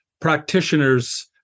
practitioners